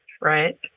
right